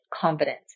confidence